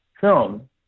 film